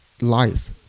life